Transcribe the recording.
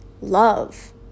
love